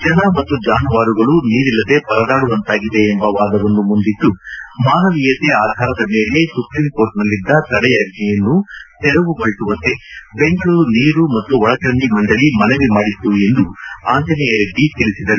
ಜನ ಮತ್ತು ಜಾನುವಾರುಗಳು ನೀರಿಲ್ಲದೆ ಪರದಾಡುವಂತಾಗಿದೆ ಎಂಬ ವಾದವನ್ನು ಮುಂದಿಟ್ಟು ಮಾನವೀಯತೆ ಆಧಾರದದ ಮೇಲೆ ಸುಪ್ರೀಂಕೋರ್ಟ್ನಲ್ಲಿದ್ದ ತಡೆಯಾಜ್ವೆಯನ್ನು ತೆರೆವುಗೊಳಿಸುವಂತೆ ಬೆಂಗಳೂರು ನೀರು ಮತ್ತು ಒಳಚರಂಡಿ ಮಂಡಳ ಮನವಿ ಮಾಡಿತ್ತು ಎಂದು ಆಂಜನೇಯ ರೆಡ್ಡಿ ತಿಳಿಸಿದರು